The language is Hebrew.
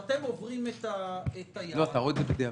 אתם רואים שאתם עוברים את היעד -- לא למרות אלא בדיעבד.